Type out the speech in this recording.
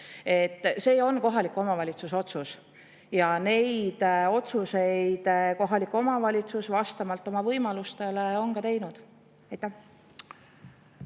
See on kohaliku omavalitsuse otsus ja neid otsuseid on kohalikud omavalitsused vastavalt oma võimalustele ka teinud. Aitäh